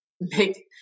make